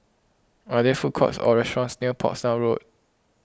are there food courts or restaurants near Portsdown Road